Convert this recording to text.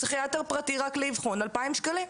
פסיכיאטר פרטי רק לאיבחון 2,000 שקלים.